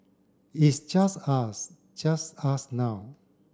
is just us just us now